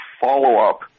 follow-up